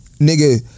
nigga